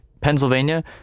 Pennsylvania